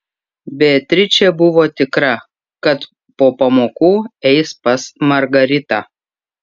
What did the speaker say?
beatričė buvo tikra kad po pamokų eis pas margaritą